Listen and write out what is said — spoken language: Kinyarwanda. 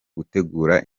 gutegura